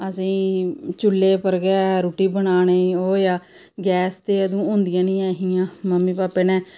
असेंगी चूह्ल्ले उपर गै रुटी बनानी गैस ते उसले होंदी नी ऐहियां मम्मी पापा ने